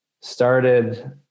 started